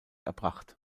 erbracht